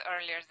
earlier